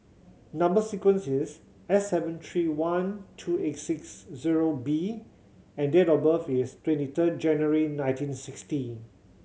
number sequence is S seven three one two eight six zero B and date of birth is twenty third January nineteen sixty